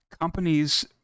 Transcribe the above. companies